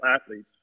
athletes